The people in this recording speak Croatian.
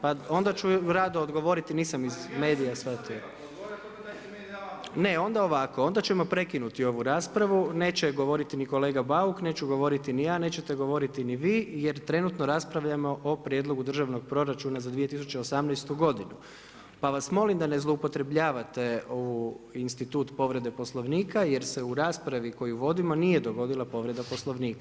Pa onda ću rado odgovoriti nisam iz medija shvatio. … [[Upadica se ne razumije.]] Ne, onda ovako onda ćemo prekinuti ovu raspravu, neće govoriti ni kolega Bauk, neću govoriti ni ja, nećete govoriti ni vi jer trenutno raspravljamo o Prijedlogu državnog proračuna za 2018. godinu, pa vas molim da ne zloupotrebljavate institut povrede Poslovnika jer se u raspravi koju vodimo nije dogodila povreda Poslovnika.